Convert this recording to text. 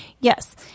yes